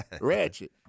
Ratchet